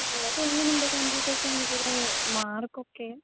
ഓ അപ്പം എങ്ങനെ ഉണ്ട് കമ്പ്യൂട്ടർ സയൻസില് മാർക്ക് ഒക്കെ